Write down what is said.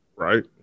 right